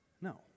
No